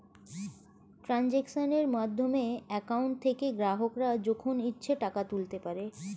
ট্রানজাক্শনের মাধ্যমে অ্যাকাউন্ট থেকে গ্রাহকরা যখন ইচ্ছে টাকা তুলতে পারে